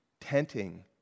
tenting